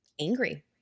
angry